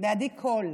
בעדי קול.